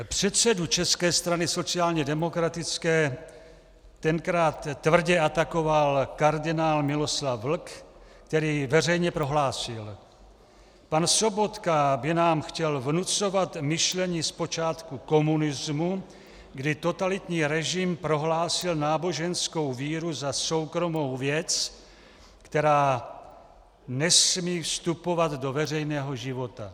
Předsedu České strany sociálně demokratické tenkrát tvrdě atakoval kardinál Miloslav Vlk, který veřejně prohlásil: Pan Sobotka by nám chtěl vnucovat myšlení z počátku komunismu, kdy totalitní režim prohlásil náboženskou víru za soukromou věc, která nesmí vstupovat do veřejného života.